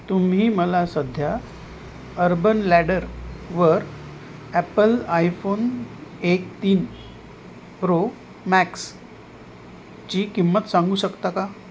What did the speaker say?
तुम्ही मला सध्या अर्बन लॅडर वर ॲपल आयफोन एक तीन प्रो मॅक्स ची किंमत सांगू शकता का